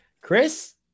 Chris